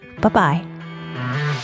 Bye-bye